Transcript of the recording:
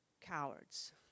cowards